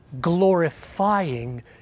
glorifying